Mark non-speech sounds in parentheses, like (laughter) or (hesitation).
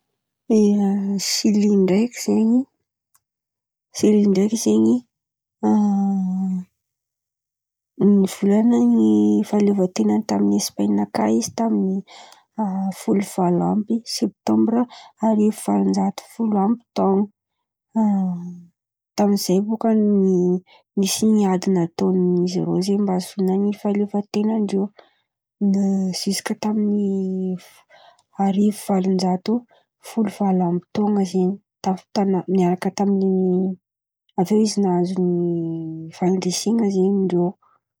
Ia sili ndraiky zen̈y (hesitation) Sili ndreky zen̈y nivolan̈any fahaleovan-ten̈any taminy Espan̈e kà izy taminy folo valo amby septambra arivo valon-jato folo amby tôno. (hesitation) Tamizey bôka nisy ady nataony zareo zen̈y mba ahazoana fahaleovan-tenandreo ziska tamy arivo valon-jato folo valo amby tôno zen̈y niaraka tamy avy eo izy nahazo fandresena zen̈y ndreô.